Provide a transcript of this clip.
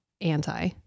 Anti